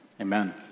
Amen